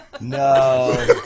No